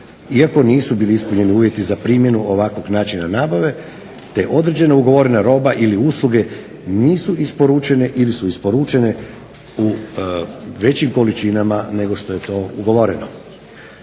iako nisu bili ispunjeni uvjeti za primjenu ovakvog načina nabave te je određena ugovorena roba ili usluge nisu isporučene ili su isporučene u većim količinama nego što je to ugovoreno.